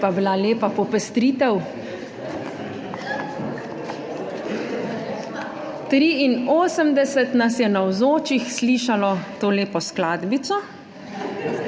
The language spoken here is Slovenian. je pa bila lepa popestritev. 83 navzočih nas je slišalo to lepo skladbico,